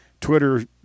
Twitter